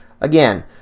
Again